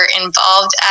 involved